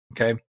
okay